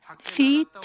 feet